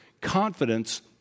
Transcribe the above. confidence